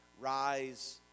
rise